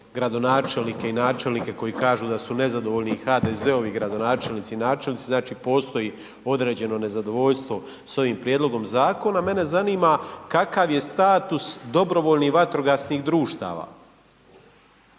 gradonačelnike i načelnike koji kažu da su nezadovoljni i HDZ-ovi gradonačelnici i načelnici. Znači postoji određeno nezadovoljstvo sa ovim prijedlogom zakona. Mene zanima kakav je status dobrovoljnih vatrogasnih društava